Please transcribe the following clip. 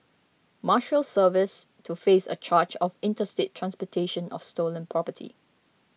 Marshals Service to face a charge of interstate transportation of stolen property